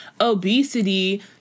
obesity